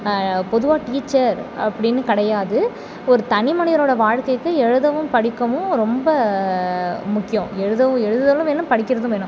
பொதுவாக டீச்சர் அப்படின்னு கிடையாது ஒரு தனி மனிதனோடய வாழ்க்கைக்கு எழுதவும் படிக்கவும் ரொம்ப முக்கியம் எழுதவும் எழுதலும் வேணும் படிக்கிறது வேணும்